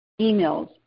emails